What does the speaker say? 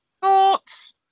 thoughts